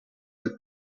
with